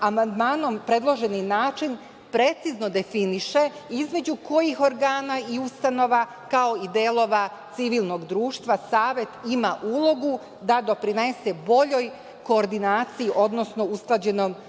amandmanom predloženi način precizno definiše između kojih organa i ustanova, kao i delova civilnog društva Savet ima ulogu da doprinese boljoj koordinaciji, odnosno usklađenom